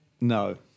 no